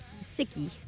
Sicky